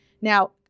Now